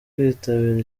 kwitabira